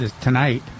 tonight